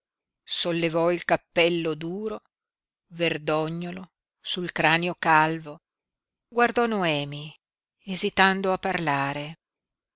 sollevò il cappello duro verdognolo sul cranio calvo guardò noemi esitando a parlare